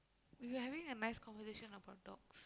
we are having a nice conversation about dogs